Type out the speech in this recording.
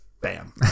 Bam